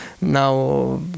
now